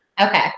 Okay